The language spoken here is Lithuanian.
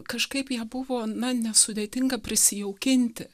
kažkaip ją buvo na nesudėtinga prisijaukinti